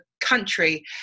country